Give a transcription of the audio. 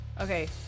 Okay